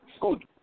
good